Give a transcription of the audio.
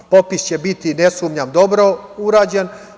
Popis će biti, ne sumnjam, dobro urađen.